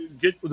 get